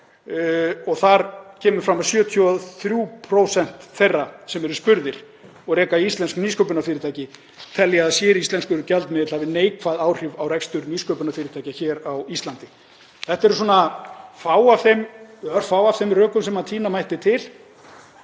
Þar kemur fram að 73% þeirra sem eru spurðir og reka íslensk nýsköpunarfyrirtæki telja að séríslenskur gjaldmiðill hafi neikvæð áhrif á rekstur nýsköpunarfyrirtækja hér á Íslandi. Þetta eru örfá af þeim rökum sem tína mætti til